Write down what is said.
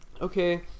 okay